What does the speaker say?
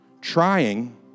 Trying